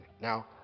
Now